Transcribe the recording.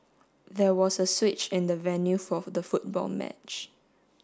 there was a switch in the venue for the football match